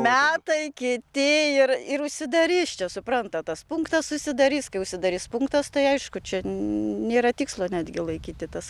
metai kiti ir ir užsidarys čia suprant tas punktas užsidarys kai užsidarys punktas tai aišku čia nėra tikslo netgi laikyti tas